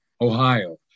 Ohio